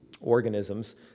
organisms